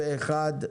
פה אחד.